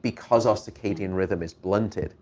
because our circadian rhythm is blunted.